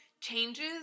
changes